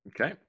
Okay